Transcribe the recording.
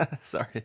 Sorry